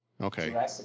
Okay